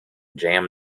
jam